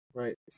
right